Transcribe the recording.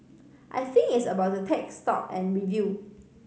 I think it's about to take stock and review